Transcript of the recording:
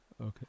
Okay